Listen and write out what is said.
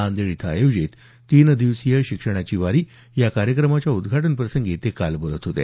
नांदेड इथं आयोजित तीन दिवसीय शिक्षणाची वारी या कार्यक्रमाच्या उद्घाटनाच्या वेळी ते काल बोलत होते